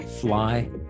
fly